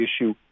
issue